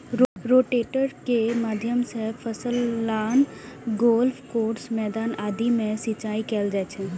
rotator के माध्यम सं फसल, लॉन, गोल्फ कोर्स, मैदान आदि मे सिंचाइ कैल जाइ छै